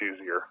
easier